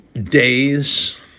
Days